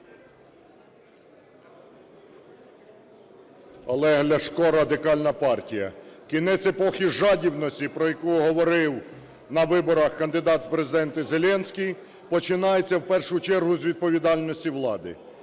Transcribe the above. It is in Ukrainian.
Олег Ляшко, Радикальна партія. Кінець епохи жадібності, про яку говорив на виборах в Президенти Зеленський, починається в першу чергу з відповідальності влади.